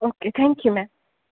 okay thank you ma'am